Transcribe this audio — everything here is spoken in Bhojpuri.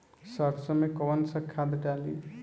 सरसो में कवन सा खाद डाली?